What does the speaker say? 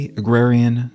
agrarian